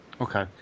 Okay